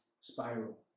spiral